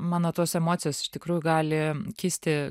mano tos emocijos iš tikrųjų gali kisti